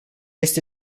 este